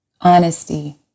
Honesty